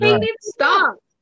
Stop